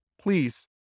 please